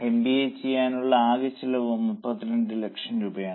MBA ചെയ്യാനുള്ള ആകെ ചെലവ് 32 ലക്ഷം രൂപയാണ്